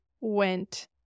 went